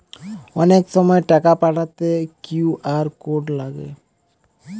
অনেক সময় টাকা পাঠাতে কিউ.আর কোড লাগে